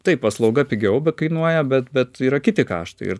taip paslauga pigiau bekainuoja bet bet yra kiti kaštai ir